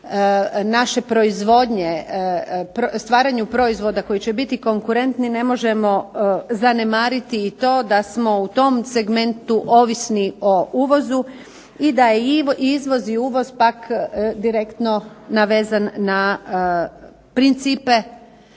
naše proizvodnje, stvaranju proizvoda koji će biti konkurentni ne možemo zanemariti i to da smo u tom segmentu ovisni o uvozu i da je izvoz i uvoz pak direktno navezan na principe